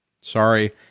Sorry